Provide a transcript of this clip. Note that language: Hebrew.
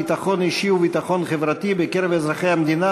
ביטחון אישי וביטחון חברתי בקרב אזרחי המדינה,